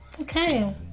Okay